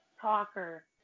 talker